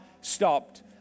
stopped